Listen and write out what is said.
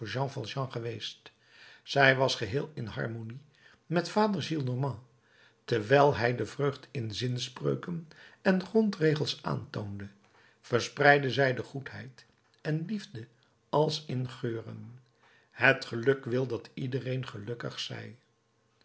valjean geweest zij was geheel in harmonie met vader gillenormand terwijl hij de vreugd in zinspreuken en grondregels aantoonde verspreidde zij de goedheid en liefde als in geuren het geluk wil dat iedereen gelukkig zij